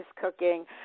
cooking